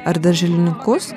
ar darželinukus